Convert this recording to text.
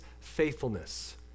faithfulness